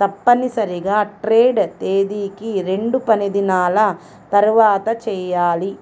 తప్పనిసరిగా ట్రేడ్ తేదీకి రెండుపనిదినాల తర్వాతచెయ్యాలి